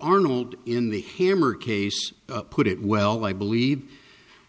arnold in the hammer case put it well i believe